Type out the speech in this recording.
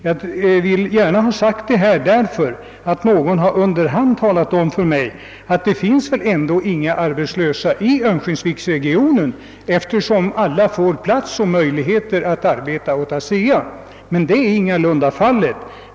Jag vill gärna ha sagt detta, därför att någon under hand har talat om för mig att det väl ändå inte finns några arbetslösa i örnsköldsviksregionen, eftersom alla får plats och möjligheter att arbeta åt ASEA. Så är ingalunda fallet.